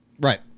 Right